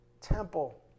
temple